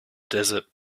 desert